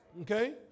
Okay